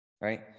right